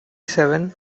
seven